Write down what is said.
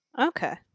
Okay